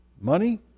money